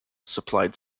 supplied